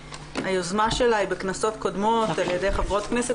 שהיוזמה שלה היא בכנסות קודמות על ידי חברות כנסת